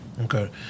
okay